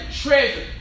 treasure